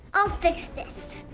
i'll fix this!